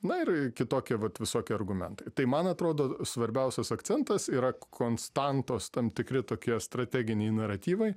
na ir kitokie vat visokie argumentai tai man atrodo svarbiausias akcentas yra konstantos tam tikri tokie strateginiai naratyvai